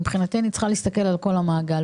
מבחינתי אני צריכה להסתכל על כל המעגל.